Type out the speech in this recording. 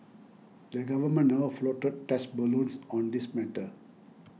the Government never floated test balloons on this matter